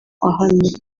ahamye